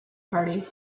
party